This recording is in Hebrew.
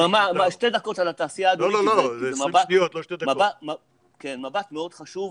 מבט מאוד חשוב.